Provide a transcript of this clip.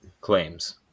claims